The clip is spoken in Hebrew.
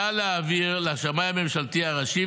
נא להעביר לשמאי הממשלתי הראשי,